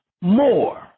More